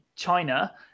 China